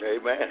Amen